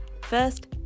first